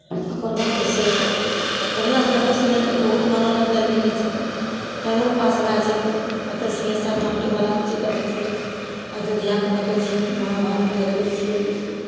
ओकर बाद जे छै बढ़िआँसँ देखय सुनयमे बहुत मनोरञ्जन मिलै छै टाइमो पास भए जाइ छै ओतय सिंहेश्वर स्थानके मने हरचीज देखै छै अयोध्याकेँ देखै छियै महाभारत देखि लै छियै